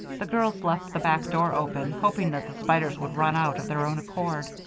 the girls left the back door open, hoping that the spiders would run out of their own accord.